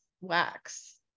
wax